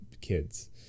kids